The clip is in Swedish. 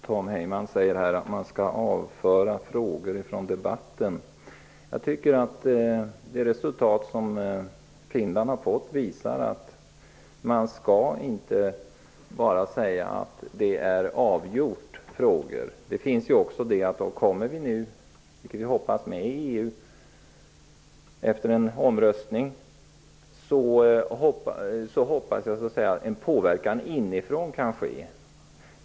Fru talman! Tom Heyman sade att man skall avföra frågor från debatten. Jag tycker att det resultat som Finland har nått visar att man inte skall bara säga att frågor är avgjorda. Kommer vi nu, vilket jag hoppas, med i EU efter en omröstning, kan en påverkan inifrån ske.